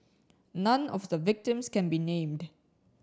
none of the victims can be named